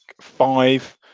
five